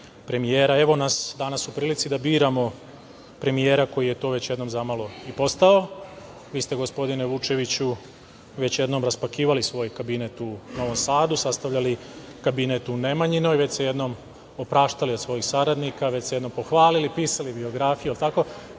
nas danas u prilici da biramo premijera koji je to već jednom zamalo i postao. Vi ste, gospodine Vučeviću, već jednom raspakivali svoj kabinet u Novom Sadu, sastavljali kabinet u Nemanjinoj. Već ste se jednom opraštali od svojih saradnika, već ste se jednom pohvalili, pisali biografije. To